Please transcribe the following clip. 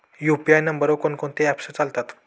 UPI नंबरवर कोण कोणते ऍप्स चालतात?